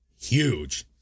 huge